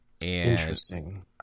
Interesting